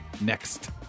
next